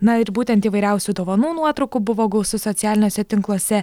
na ir būtent įvairiausių dovanų nuotraukų buvo gausu socialiniuose tinkluose